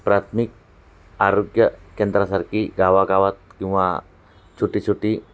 प्राथमिक आरोग्य केंद्रासारखी गावागावात किंवा छोटी छोटी